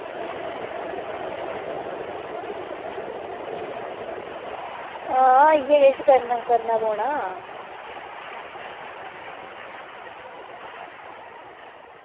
आं इयै किश करना पौना